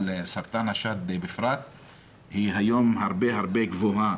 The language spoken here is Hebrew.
וסרטן השד בפרט היום היא הרבה יותר גבוהה